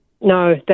No